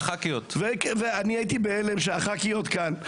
אני הייתי בהלם שהח"כיות כאן.